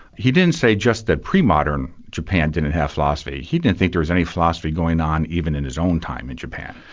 he didn't say just that pre-modern japan didn't have philosophy. he didn't think there was any philosophy going on even in his own time in japan.